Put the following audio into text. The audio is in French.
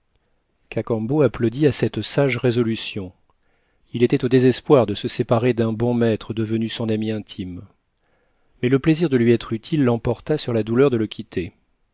cacambo applaudit à cette sage résolution il était au désespoir de se séparer d'un bon maître devenu son ami intime mais le plaisir de lui être utile l'emporta sur la douleur de le quitter